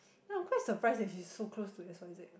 ya I'm quite surprised that she so close to X_Y_Z